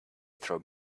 through